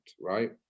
right